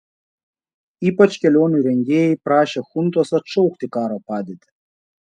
ypač kelionių rengėjai prašė chuntos atšaukti karo padėtį